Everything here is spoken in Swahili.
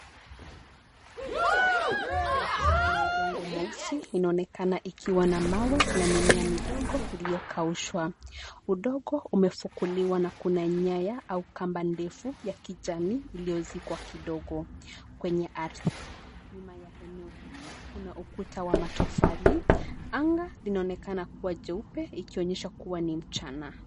Ardhi iliyochimbwa na udongo mweusi inaonekana ikiwa na mawe na mimea midogo iliyokaushwa. Udongo umefukuliwa na kuna nyaya au kamba ndefu ya kijani iliyozikwa kidogo kwenye ardhi. Nyuma ya eneo hili kuna ukuta wa matofali. Anga linaonekana kuwa jeupe ikionyesha kuwa ni mchana.